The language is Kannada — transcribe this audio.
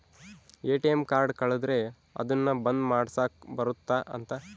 ಎ.ಟಿ.ಎಮ್ ಕಾರ್ಡ್ ಕಳುದ್ರೆ ಅದುನ್ನ ಬಂದ್ ಮಾಡ್ಸಕ್ ಬರುತ್ತ ಅಂತ